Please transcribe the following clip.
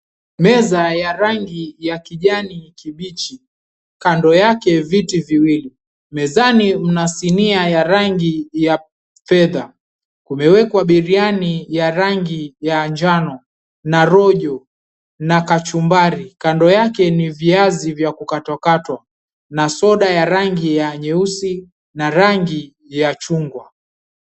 Meza ya rangi ya kijani kibichi, kando yake viti viwili, mezani mna sinia ya rangi ya fedha, kumewekwa biriani ya rangi ya njano na rojo na kachumbari kando yake ni viazi vya kukatwa katwa na soda ya rangi ya nyeusi na rangi ya chungwa.